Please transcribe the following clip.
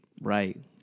Right